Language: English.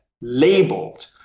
labeled